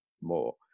more